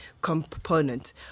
component